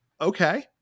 okay